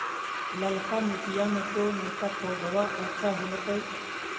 ललका मिटीया मे तो नयका पौधबा अच्छा होबत?